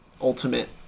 ultimate